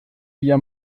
via